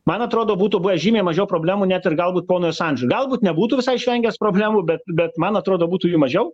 man atrodo būtų buvę žymiai mažiau problemų net ir galbūt ponui asandžui galbūt nebūtų visai išvengęs problemų bet bet man atrodo būtų jų mažiau